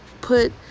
put